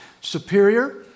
superior